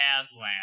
Aslan